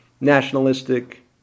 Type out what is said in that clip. nationalistic